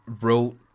wrote